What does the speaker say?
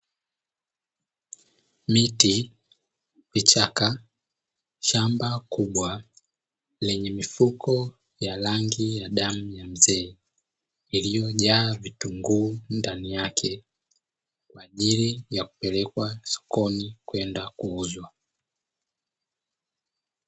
Miti, vichaka ,shamba kubwa lenye mifuko ya rangi ya damu ya mzee iliyojaa vitunguu ndani yake, kwa ajili ya kupelekwa sokoni kwenda kuuzwa.